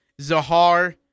Zahar